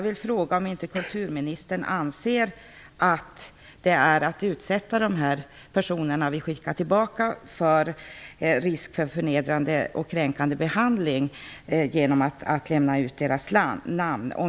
Anser inte kulturministern att de personer som vi skickar tillbaka riskerar att utsättas för förnedrande och kränkande behandling genom att deras namn lämnas ut?